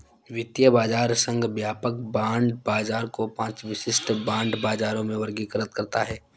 वित्तीय बाजार संघ व्यापक बांड बाजार को पांच विशिष्ट बांड बाजारों में वर्गीकृत करता है